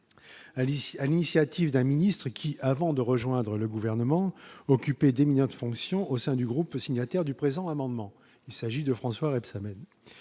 à l'initiative de la ministre, qui avant de rejoindre le gouvernement occupé d'éminentes fonctions au sein du groupe de signataires du présent amendement, il s'agit de François Rebsamen.